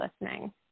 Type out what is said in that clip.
listening